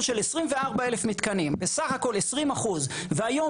של 24,000 מתקנים בסך הכול 20%. והיום,